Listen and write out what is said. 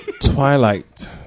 Twilight